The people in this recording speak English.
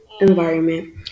environment